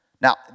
Now